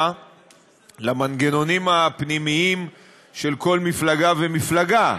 למנגנונים הפנימיים של כל מפלגה ומפלגה,